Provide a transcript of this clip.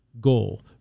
goal